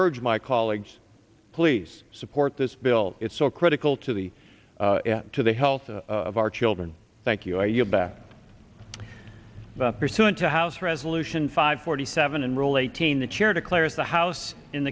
urge my colleagues please support this bill it's so critical to the to the health of our children thank you for your back pursuant to house resolution five forty seven and rule eighteen the chair declares the house in